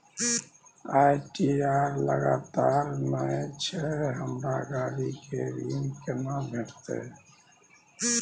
ITR लगातार नय छै हमरा गाड़ी के ऋण केना भेटतै?